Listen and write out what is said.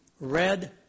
red